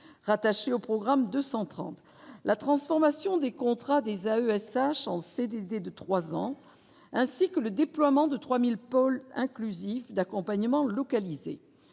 rattaché au programme 230 la transformation des contrats des AESH en CDD de 3 ans, ainsi que le déploiement de 3000 pôles inclusifs d'accompagnement localisé,